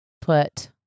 put